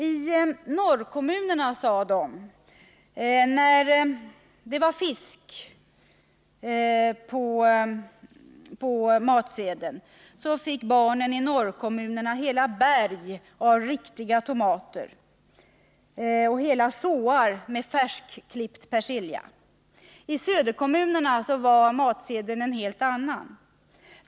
I norrkommunerna sade de att när det var fisk på matsedeln fick barnen där hela berg av riktiga tomater och hela såar med färskklippt persilja. I söderkommunerna var matsedeln en helt annan.